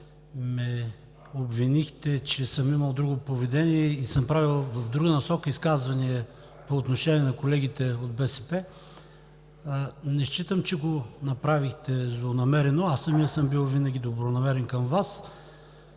ме обвинихте, че съм имал друго поведение и съм правил в друга насока изказване по отношение на колегите от БСП. Не считам, че го направихте злонамерено. Аз самият съм бил винаги добронамерен към Вас